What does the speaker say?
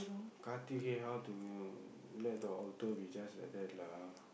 karthikai how to you know let the altar be just like that lah